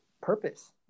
purpose